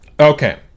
Okay